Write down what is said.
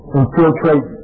infiltrate